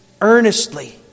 earnestly